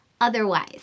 otherwise